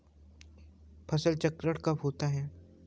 फसल चक्रण कब होता है?